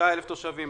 133,000 תושבים.